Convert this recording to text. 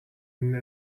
اینه